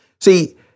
See